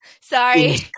Sorry